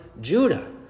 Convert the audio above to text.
Judah